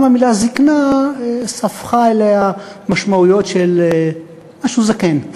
גם המילה זיקנה ספחה אליה משמעויות של משהו זקן,